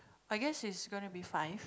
I guess it's going to be five